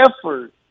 effort